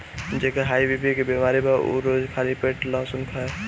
जेके high BP के बेमारी बा उ रोज खाली पेटे लहसुन खाए